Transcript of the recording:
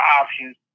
options